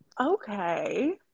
Okay